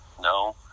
No